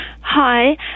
Hi